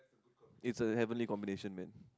it's a heavenly combination man